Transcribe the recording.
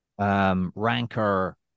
rancor